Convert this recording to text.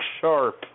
Sharp